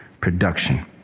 production